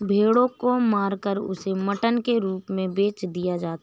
भेड़ों को मारकर उसे मटन के रूप में बेच दिया जाता है